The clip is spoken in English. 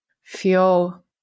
feel